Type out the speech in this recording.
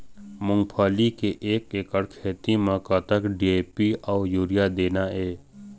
मूंगफली के एक एकड़ खेती म कतक डी.ए.पी अउ यूरिया देना ये?